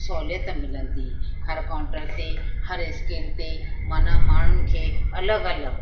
सहूलियत मिलंदी हर काउंटर ते हर स्केल ते माना माण्हुनि खे अलॻि अलॻि